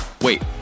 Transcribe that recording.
wait